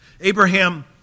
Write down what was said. Abraham